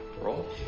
roll